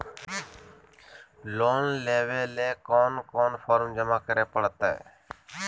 Loan लेवे ले कोन कोन फॉर्म जमा करे परते?